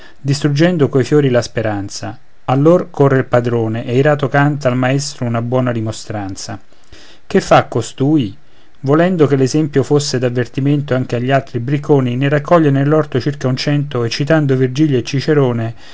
distruggendo coi fiori la speranza allor corre il padrone e irato canta al maestro una buona rimostranza che fa costui volendo che l'esempio fosse d'avvertimento anche agli altri bricconi ne raccoglie nell'orto circa un cento e citando virgilio e cicerone